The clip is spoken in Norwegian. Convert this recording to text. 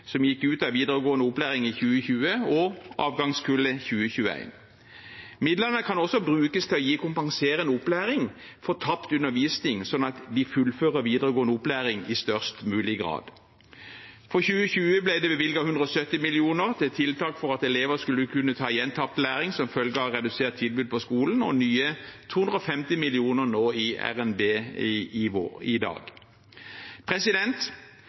som gikk ut av videregående opplæring i 2020, og avgangskullet 2021. Midlene kan også brukes til å gi kompenserende opplæring for tapt undervisning, sånn at de fullfører videregående opplæring i størst mulig grad. For 2020 ble det bevilget 170 mill. kr til tiltak for at elever skulle kunne ta igjen tapt læring som følge av redusert tilbud på skolen, og nye 250 mill. kr nå i RNB i